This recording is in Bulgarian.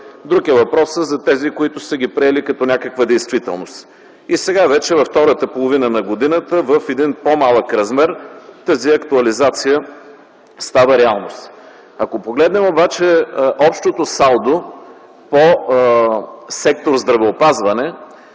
Друг е въпросът за тези, които са ги приели като някаква действителност. И сега, вече във втората половина на годината, в един по-малък размер, тази актуализация става реалност. Ако погледнем обаче общото салдо по сектор „Здравеопазване”,